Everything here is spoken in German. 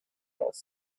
auf